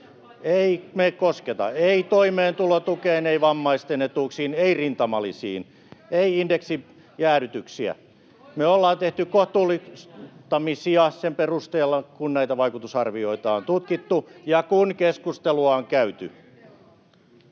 Ei me kosketa, ei toimeentulotukeen, ei vammaisten etuuksiin, ei rintamalisiin, ei tule indeksijäädytyksiä. — Me ollaan tehty kohtuullistamisia sen perusteella, [Krista Kiurun välihuuto] kun näitä vaikutusarvioita on tutkittu ja kun keskustelua on käyty.